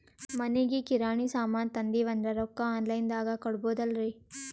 ಮನಿಗಿ ಕಿರಾಣಿ ಸಾಮಾನ ತಂದಿವಂದ್ರ ರೊಕ್ಕ ಆನ್ ಲೈನ್ ದಾಗ ಕೊಡ್ಬೋದಲ್ರಿ?